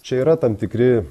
čia yra tam tikri